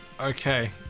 Okay